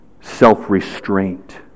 self-restraint